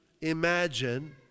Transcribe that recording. imagine